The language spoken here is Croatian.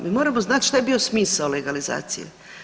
Mi moramo znati šta je bio smisao legalizacije.